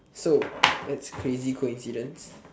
so that's crazy coincidence